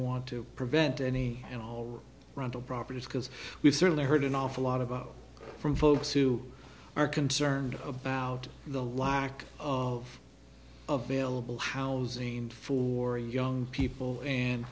want to prevent any and all rental properties because we've certainly heard an awful lot about from folks who are concerned about the lack of of bailable housing for young people and